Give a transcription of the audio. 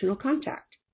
contact